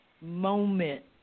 moment